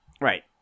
Right